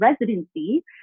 residency